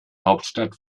hauptstadt